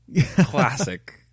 Classic